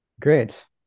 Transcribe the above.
Great